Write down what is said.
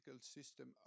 system